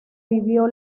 vivió